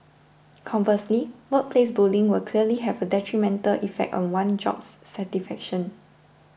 conversely workplace bullying will clearly have a detrimental effect on one's job satisfaction